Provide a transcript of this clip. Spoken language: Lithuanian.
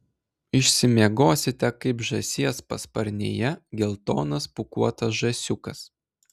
išsimiegosite kaip žąsies pasparnėje geltonas pūkuotas žąsiukas